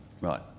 Right